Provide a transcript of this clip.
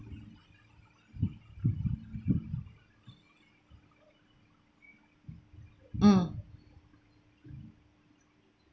mm